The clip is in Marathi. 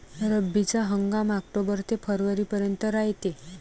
रब्बीचा हंगाम आक्टोबर ते फरवरीपर्यंत रायते